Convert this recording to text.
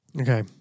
Okay